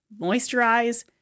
Moisturize